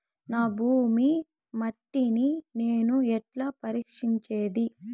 నా భూమి మట్టిని నేను ఎట్లా పరీక్షించేది?